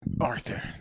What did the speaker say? Arthur